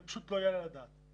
זה פשוט לא יעלה על הדעת.